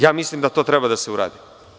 Ja mislim da to treba da se uradi.